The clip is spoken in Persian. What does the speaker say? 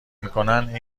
میکنند